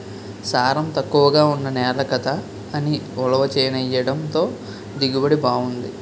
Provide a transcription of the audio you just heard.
సారం తక్కువగా ఉన్న నేల కదా అని ఉలవ చేనెయ్యడంతో దిగుబడి బావుంది